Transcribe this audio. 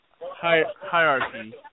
hierarchy